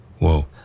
whoa